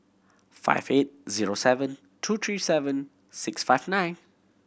five eight zero seven two three seven six five nine